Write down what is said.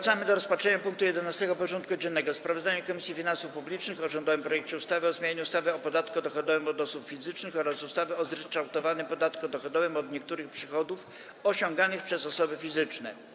Powracamy do rozpatrzenia punktu 11. porządku dziennego: Sprawozdanie Komisji Finansów Publicznych o rządowym projekcie ustawy o zmianie ustawy o podatku dochodowym od osób fizycznych oraz ustawy o zryczałtowanym podatku dochodowym od niektórych przychodów osiąganych przez osoby fizyczne.